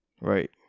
Right